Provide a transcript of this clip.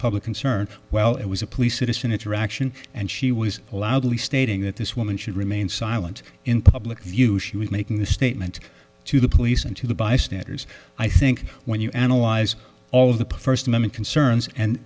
public concern well it was a police citizen interaction and she was allowed only stating that this woman should remain silent in public view she was making the statement to the police and to the bystanders i think when you analyze all of the first moment concerns and